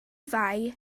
fai